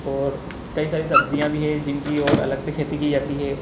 और कई सारी सब्जियाँ भी है जिनकी और अलग से खेती की जाती है